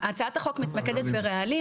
הצעת החוק מתמקדת ברעלים,